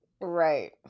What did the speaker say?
right